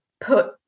put